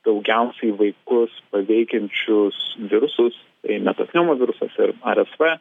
daugiausiai vaikus paveikiančius virusus tai metapneumovirusas ir rsv